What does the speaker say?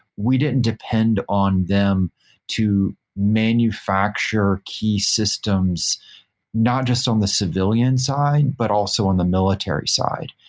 we didn't depend on them to manufacture key systems not just on the civilian side, but also on the military side.